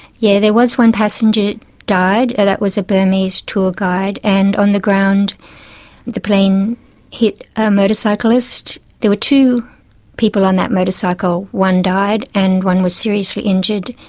yeah there was one passenger died, that was a burmese tour guide, and on the ground the plane hit a motorcyclist. there were two people on that motorcycle, one died and one was seriously injured,